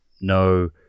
no